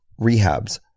rehabs